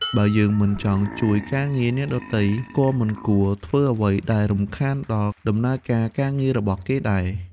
បើយើងមិនចង់ជួយការងារអ្នកដទៃ ក៏មិនគួរធ្វើអ្វីដែលរំខានដល់ដំណើរការការងាររបស់គេដែរ។